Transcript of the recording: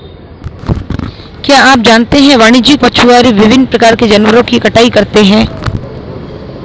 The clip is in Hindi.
क्या आप जानते है वाणिज्यिक मछुआरे विभिन्न प्रकार के जानवरों की कटाई करते हैं?